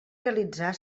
realitzar